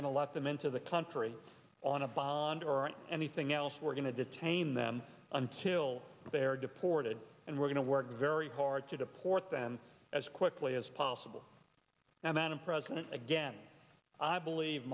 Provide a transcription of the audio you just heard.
to let them into the country on a bond or anything else we're going to detain them until they're deported and we're going to work very hard to deport them as quickly as possible now madam president again i believe